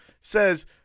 says